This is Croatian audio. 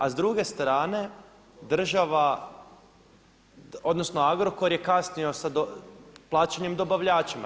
A s druge strane država odnosno Agrokor je kasnio sa plaćanjem dobavljačima.